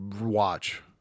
watch